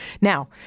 Now